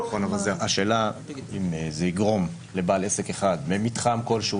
השאלה אם זה יגרום לבעל עסק אחד במתחם כלשהו